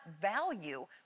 value